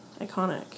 iconic